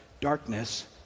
Darkness